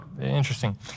interesting